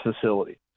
facility